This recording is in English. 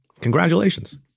congratulations